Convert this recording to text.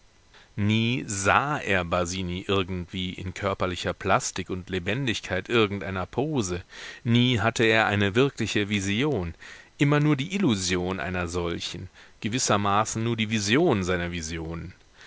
nie sah er basini irgendwie in körperlicher plastik und lebendigkeit irgendeiner pose nie hatte er eine wirkliche vision immer nur die illusion einer solchen gewissermaßen nur die vision seiner visionen